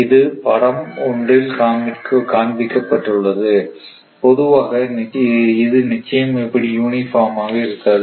இது படமொன்றில் காண்பிக்கப்பட்டுள்ளது பொதுவாக இது நிச்சயம் இப்படி யூனிபார்ம் ஆக இருக்காது